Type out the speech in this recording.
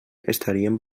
estaríem